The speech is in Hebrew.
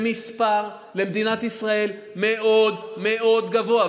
למדינת ישראל זה מספר מאוד מאוד גבוה.